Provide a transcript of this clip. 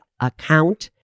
account